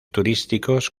turísticos